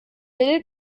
will